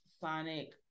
sonic